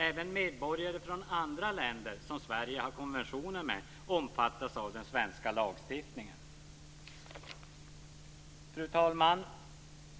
Även medborgare från andra länder som Sverige har konventioner med omfattas av den svenska lagstiftningen. Fru talman!